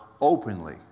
openly